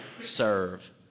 serve